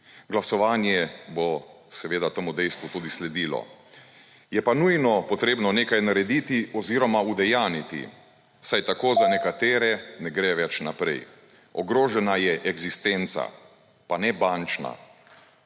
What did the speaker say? Glasovanje bo seveda temu dejstvu tudi sledilo. Je pa nujno potrebno nekaj narediti oziroma udejanjiti, saj tako za nekatere ne gre več naprej. Ogrožena je eksistenca. Pa ne bančna!